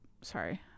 Sorry